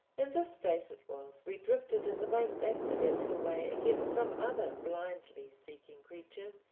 in this state it was we drifted in the most accidental way against some other blindly seeking creature,